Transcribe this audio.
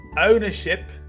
ownership